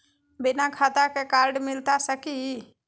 बिना खाता के कार्ड मिलता सकी?